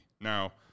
Now